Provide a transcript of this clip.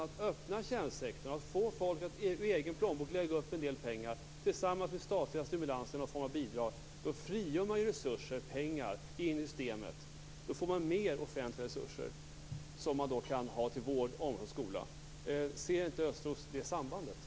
Om man öppnar tjänstesektorn, om man får folk att ur egen plånbok lägga upp en del pengar tillsammans med statliga stimulanser i någon form av bidrag, frigör man resurser och får pengar in i systemet. Då får man mer offentliga resurser som man kan ha till vård, omsorg och skola. Ser inte Östros det sambandet?